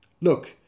look